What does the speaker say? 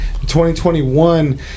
2021